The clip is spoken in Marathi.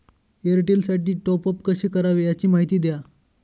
एअरटेलसाठी टॉपअप कसे करावे? याची माहिती द्या